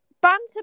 banter